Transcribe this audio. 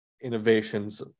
innovations